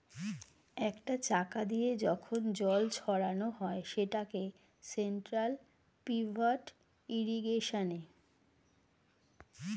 একটা চাকা দিয়ে যখন জল ছড়ানো হয় সেটাকে সেন্ট্রাল পিভট ইর্রিগেশনে